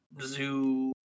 zoo